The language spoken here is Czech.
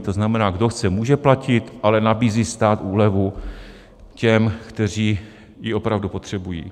To znamená, kdo chce, může platit, ale nabízí stát úlevu těm, kteří ji opravdu potřebují.